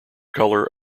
colour